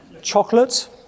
Chocolate